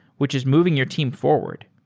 which is moving your team forward.